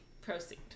proceed